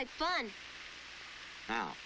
like fun now